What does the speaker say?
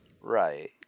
Right